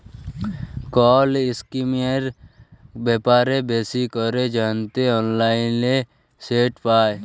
call ইসকিমের ব্যাপারে বেশি ক্যরে জ্যানতে অললাইলে সেট পায়